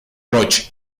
roche